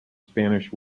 spanish